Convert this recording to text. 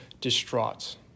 distraught